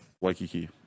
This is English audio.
Waikiki